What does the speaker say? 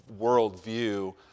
worldview